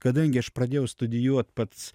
kadangi aš pradėjau studijuot pats